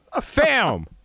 Fam